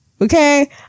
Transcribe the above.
Okay